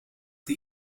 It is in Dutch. die